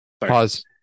Pause